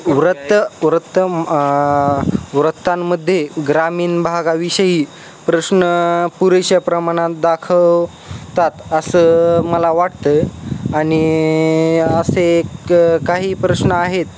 व्रत्त व्रत्त वृत्तांमध्ये ग्रामीण भागाविषयी प्रश्न पुरेशा प्रमाणात दाखवतात असं मला वाटतं आणि असे एक काही प्रश्न आहेत